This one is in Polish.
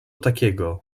takiego